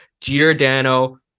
Giordano